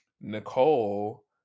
Nicole